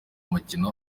mukino